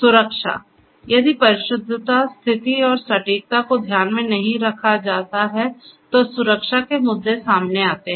सुरक्षा यदि परिशुद्धता स्थिति और सटीकता को ध्यान में नहीं रखा जाता है तो सुरक्षा के मुद्दे सामने आते हैं